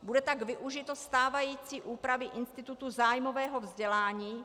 Bude tak užito stávající úpravy institutu zájmového vzdělání.